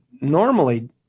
normally